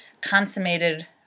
consummated